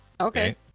Okay